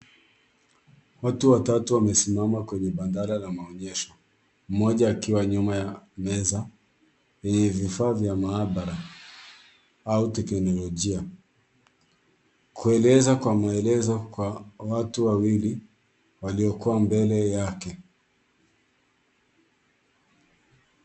Watu watatu wamesimama kwenye bandara la maonyesho. Mmoja akiwa kando ya meza yenye vifaa vya maabara au teknolojia. Kueleza kwa maelezo kwa watu wawili waliokuwa mbele yake.